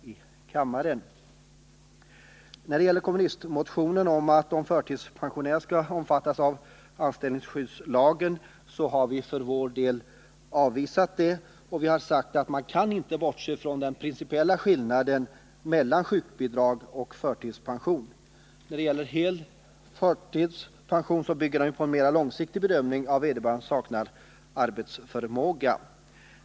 Utskottet har avvisat kommunistmotionen om att de förtidspensionerade skall omfattas av anställningsskyddslagen. Vi har sagt att man inte kan bortse från den principiella skillnaden mellan sjukbidrag och förtidspension. Hel förtidspension bygger ju på en mer långsiktig bedömning att vederbörande saknar arbetsförmåga.